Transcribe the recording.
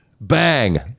Bang